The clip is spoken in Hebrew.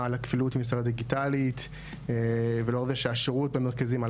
הכפילות בנושא הדיגיטלי ולא רק זה שהשירות במרכזים,